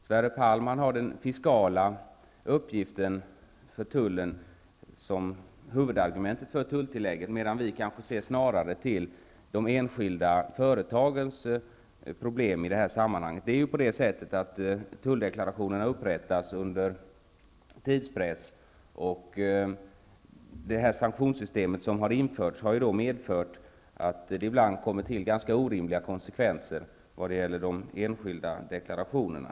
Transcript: Sverre Palm har den fiskala uppgiften för tullen som huvudargument för tulltillägget, medan vi kanske mest ser på de enskilda företagens problem i det här sammanhanget. Tulldeklarationerna upprättas ju under tidspress. Sanktionssystemet har då medfört att det ibland har blivit ganska orimliga konsekvenser i vad gäller de enskilda deklarationerna.